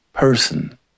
Person